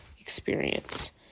experience